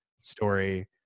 story